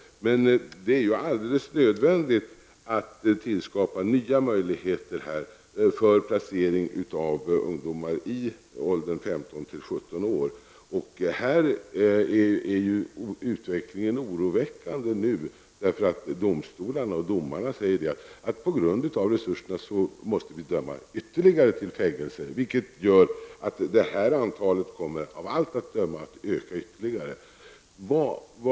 Det är alldeles nödvändigt att det tillskapas nya möjligheter för placering av ungdomar i åldern 15-- 17 år. Utvecklingen i detta sammanhang är oroväckande, eftersomdomarna säger att de på grund av bristen på resurser måste döma fler till fängelsestraff. Antalet fängelsedömda kommer därför av allt att döma att öka ytterligare.